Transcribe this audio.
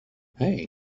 hey